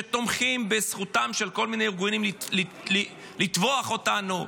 שתומכים בזכותם של כל מיני ארגונים לטבוח בנו,